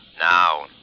Now